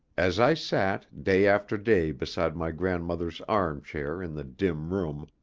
as i sat day after day beside my grandmother's armchair in the dim room,